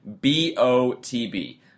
BOTB